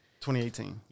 2018